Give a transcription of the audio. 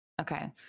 Okay